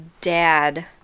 dad